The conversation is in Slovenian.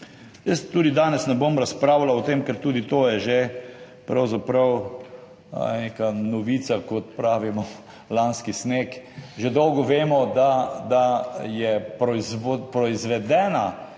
Jaz danes ne bom razpravljal o tem, ker je to že pravzaprav neka [stara] novica, kot pravimo, lanski sneg. Že dolgo vemo, da je proizvedena